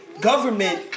government